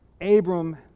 Abram